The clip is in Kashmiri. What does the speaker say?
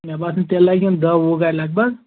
مےٚ باسان تیٚلہِ لَگَن دَہ وُہ گاڑِ لگ بگ